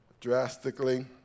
drastically